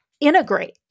integrate